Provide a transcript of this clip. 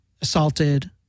assaulted